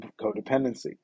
codependency